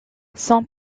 son